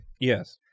Yes